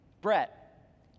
Brett